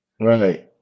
Right